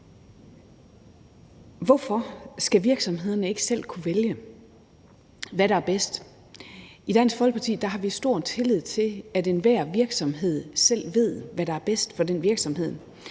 Hvorfor skal virksomhederne ikke selv kunne vælge, hvad der er bedst? I Dansk Folkeparti har vi stor tillid til, at enhver virksomhed selv ved, hvad der er bedst for den virksomhed.